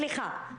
סליחה.